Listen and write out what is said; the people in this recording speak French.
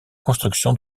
construction